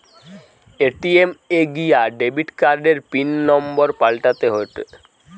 ATM এ গিয়া debit কার্ডের পিন নম্বর পাল্টাতে হয়েটে